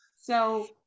So-